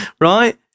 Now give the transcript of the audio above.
Right